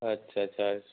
ਅੱਛਾ ਅੱਛਾ